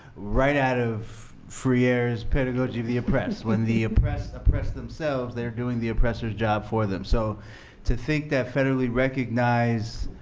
right out of freire's pedagogy of the oppressed, when the oppressed oppress themselves they're feeling the oppressor job for them. so to think that federally recognized